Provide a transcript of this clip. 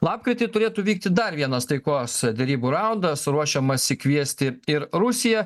lapkritį turėtų vykti dar vienas taikos derybų raundas ruošiamasi kviesti ir rusiją